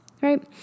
Right